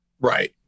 Right